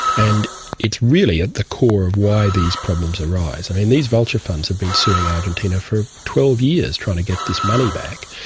and it's really at the core of why these problems arise. i mean, these vulture funds have been suing argentina for twelve years trying to get this money back.